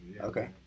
Okay